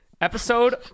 Episode